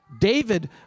David